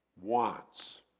wants